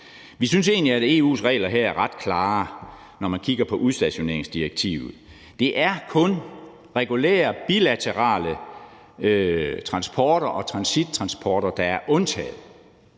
Vi synes egentlig, at EU-reglerne her er ret klare, når man kigger på udstationeringsdirektivet. Det er kun regulære bilaterale transporter og transittransporter, der er undtaget